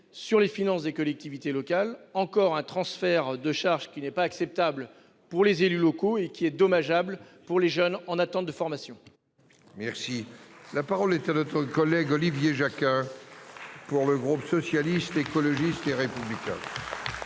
sur les finances des collectivités locales. Voilà encore un transfert de charges qui n'est pas acceptable pour les élus locaux et qui est dommageable pour les jeunes en attente de formation ! La parole est à M. Olivier Jacquin, pour le groupe Socialiste, Écologiste et Républicain.